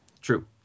True